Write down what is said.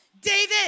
David